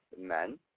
men